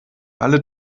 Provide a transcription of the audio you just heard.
alle